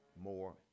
more